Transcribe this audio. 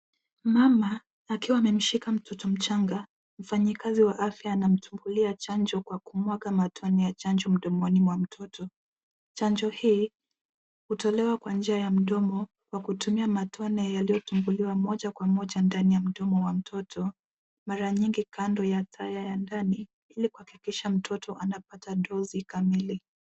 Mama akiwa amemshika mtoto mchanga, mfanyakazi wa afya anamchukulia chanjo kwa kumwaga matone ya chanjo mdomoni mwa mtoto. Chanjo hii hutolewa kwa njia ya mdomo kwa kutumia matone yaliyotumbuliwa moja kwa moja ndani ya mdomo wa mtoto mara nyingi kando ya taya ya ndani ili kuhakikisha mtoto anapata dosi Kamili.